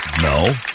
No